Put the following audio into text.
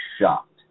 shocked